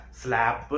slap